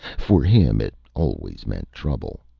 for him it always meant trouble.